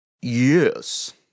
Yes